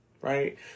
right